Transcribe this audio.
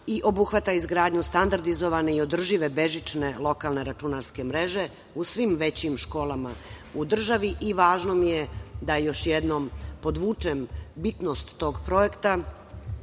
i obuhvata izgradnju standardizovane i održive bežične lokalne računarske mreže u svim većim školama u državi. Važno mi je da još jednom podvučem bitnost tog projekta,